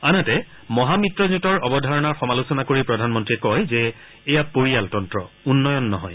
আনহাতে মহামিত্ৰজোঁটৰ অৱধাৰনাৰ সমালোচনা কৰি প্ৰধানমন্ত্ৰীয়ে কয় যে এয়া পৰিয়ালতন্ত্ৰ উন্নয়ন নহয়